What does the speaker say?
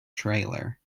trailer